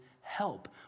help